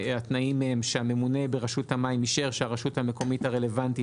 התנאים הם שהממונה ברשות המים אישר שהרשות המקומית הרלוונטית